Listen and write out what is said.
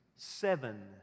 seven